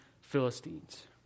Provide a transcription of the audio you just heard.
Philistines